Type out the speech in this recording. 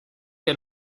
que